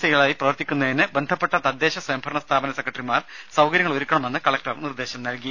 സികളായി പ്രവർത്തിക്കുന്നതിനു ബന്ധപ്പെട്ട തദ്ദേശ സ്വയംഭരണ സ്ഥാപന സെക്രട്ടറിമാർ സൌകര്യങ്ങൾ ഒരുക്കണമെന്ന് കളക്ടർ നിർദേശം നൽകി